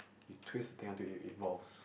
you twist then until it evolves